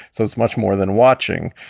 so it's much more than watching.